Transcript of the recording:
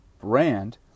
brand